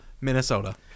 Minnesota